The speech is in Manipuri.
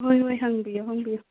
ꯍꯣꯏ ꯍꯣꯏ ꯍꯪꯕꯤꯌꯣ ꯍꯪꯕꯤꯌꯣ